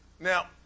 Now